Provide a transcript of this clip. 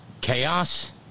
chaos